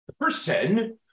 person